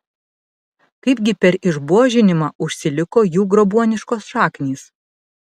kaipgi per išbuožinimą užsiliko jų grobuoniškos šaknys